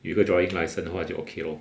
有一个 driving license 的话就 okay lor